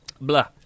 Blah